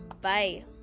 Bye